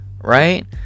Right